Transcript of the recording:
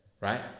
right